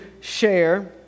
share